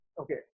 okay